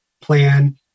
plan